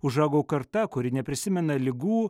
užaugo karta kuri neprisimena ligų